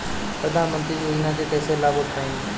प्रधानमंत्री योजना के कईसे लाभ उठाईम?